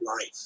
life